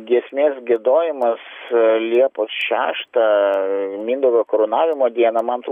giesmės giedojimas liepos šeštą mindaugo karūnavimo dieną man tru